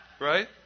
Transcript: Right